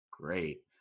great